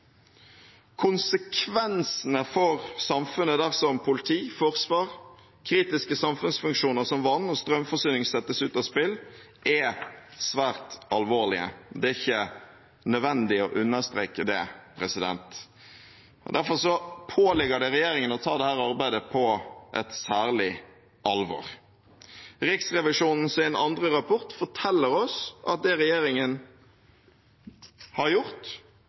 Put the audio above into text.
Konsekvensene for samfunnet dersom politi, forsvar eller kritiske samfunnsfunksjoner som vann- og strømforsyning settes ut av spill, er svært alvorlige. Det er ikke nødvendig å understreke det. Derfor påligger det regjeringen å ta dette arbeidet på et særlig alvor. Riksrevisjonens andre rapport forteller oss at det regjeringen har gjort,